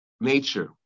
nature